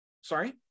Sorry